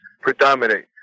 predominate